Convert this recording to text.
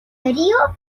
рио